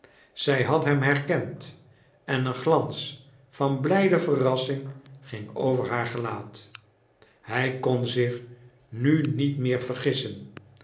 zij had hem herkend en een glans van blijde verrassing ging over haar gelaat hij kon zich nu niet meer vergissen